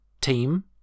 Team